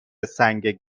سنگ